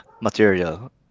material